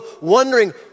wondering